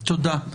תודה.